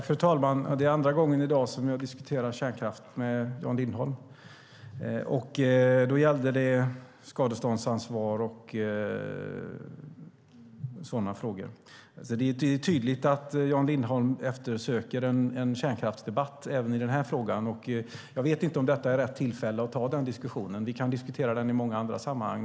Fru talman! Det är andra gången i dag som jag diskuterar kärnkraft med Jan Lindholm. Förra gången gällde det skadeståndsansvar och sådana frågor. Det är tydligt att Jan Lindholm eftersöker en kärnkraftsdebatt även i den här frågan. Jag vet inte om detta är rätt tillfälle att ta den diskussionen. Vi kan diskutera det i många andra sammanhang.